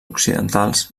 occidentals